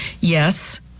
Yes